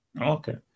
Okay